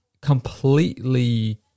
completely